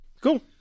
Cool